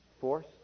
force